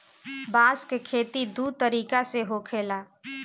बांस के खेती दू तरीका से होखेला